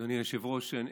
אדוני היושב-ראש,